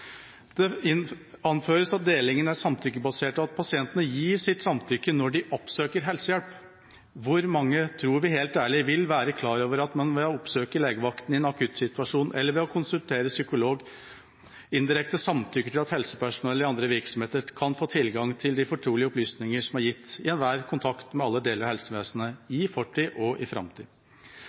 samtykke. Det anføres at delingen er samtykkebasert, og at pasientene gir sitt samtykke når de oppsøker helsehjelp. Hvor mange tror vi, helt ærlig, vil være klar over at man ved å oppsøke legevakten i en akuttsituasjon eller ved å konsultere psykolog indirekte samtykker til at helsepersonell i andre virksomheter kan få tilgang til de fortrolige opplysninger som er gitt i enhver kontakt med alle deler av helsevesenet i fortid og i framtid?